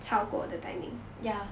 ya